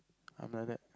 I'm like that